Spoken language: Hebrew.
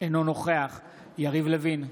אינו נוכח יריב לוין,